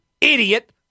idiot